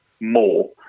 more